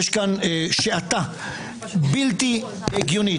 יש כאן שעטה בלתי הגיונית,